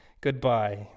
Goodbye